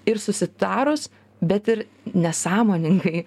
ir susitarus bet ir nesąmoningai